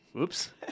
oops